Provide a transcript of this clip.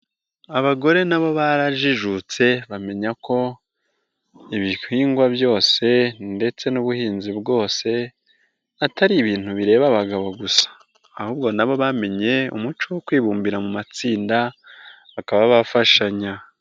Abagore na bo barajijutse bamenya ko ibihingwa byose ndetse n'ubuhinzi bwose atari ibintu bireba abagabo gusa ahubwo na bo bamenye umuco wo kwibumbira mu matsinda bakaba bafashanya.